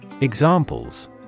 Examples